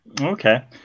okay